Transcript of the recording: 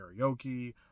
Karaoke